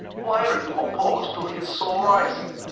why are you opposed to his so rising?